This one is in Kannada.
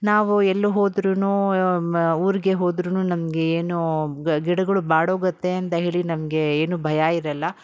ನಾವು ಎಲ್ಲೂ ಹೋದ್ರೂ ಊರಿಗೆ ಹೋದ್ರೂ ನಮಗೆ ಏನು ಗಿಡಗಳು ಬಾಡೋಗುತ್ತೆ ಅಂತ ಹೇಳಿ ನಮಗೆ ಏನು ಭಯ ಇರೋಲ್ಲ